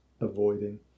avoiding